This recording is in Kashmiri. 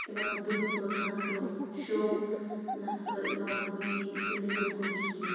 تِمَن نہٕ بالکل نہ سُہ شو نہ سُہ مضبوٗطی تِم نہٕ بالکل کِہیٖنۍ